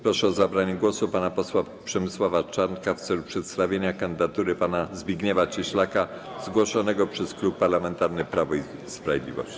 Proszę o zabranie głosu pana posła Przemysława Czarnka w celu przedstawienia kandydatury pana Zbigniewa Cieślaka zgłoszonego przez Klub Parlamentarny Prawo i Sprawiedliwość.